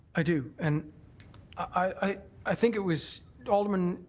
i do. and i i think it was alderman